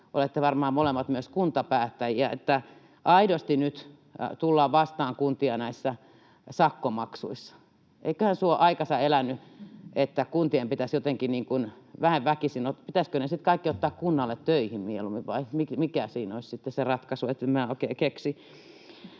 olette varmaan molemmat myös kuntapäättäjiä — että aidosti nyt tullaan vastaan kuntia näissä sakkomaksuissa? Eiköhän se ole aikansa elänyt, että kuntien pitäisi jotenkin väen väkisin... Pitäisikö heidät kaikki sitten ottaa kunnalle töihin mieluummin, vai mikä siinä olisi sitten se ratkaisu. Minä en oikein keksi.